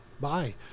bye